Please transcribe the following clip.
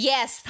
Yes